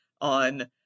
on